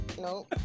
no